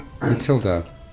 Matilda